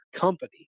company